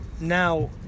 now